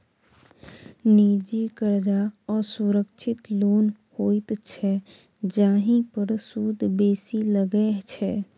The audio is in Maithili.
निजी करजा असुरक्षित लोन होइत छै जाहि पर सुद बेसी लगै छै